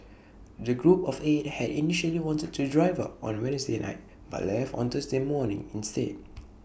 the group of eight had initially wanted to drive up on Wednesday night but left on Thursday morning instead